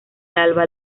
alba